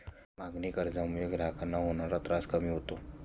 मागणी कर्जामुळे ग्राहकांना होणारा त्रास कमी होतो